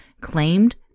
claimed